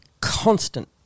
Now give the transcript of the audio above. constant